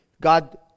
God